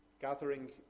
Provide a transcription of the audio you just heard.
gathering